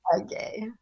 Okay